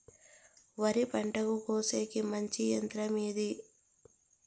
వరి పంటను కోసేకి మంచి యంత్రం ఏది?